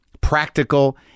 practical